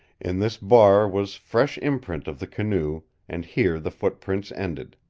in this bar was fresh imprint of the canoe, and here the footprints ended.